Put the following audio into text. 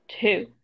two